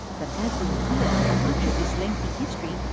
but as we'll hear, for much of this lengthy history,